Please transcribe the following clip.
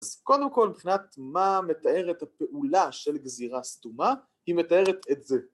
אז קודם כל מבחינת מה מתארת הפעולה של גזירה סתומה, היא מתארת את זה